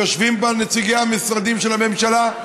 ויושבים בה נציגי המשרדים של הממשלה,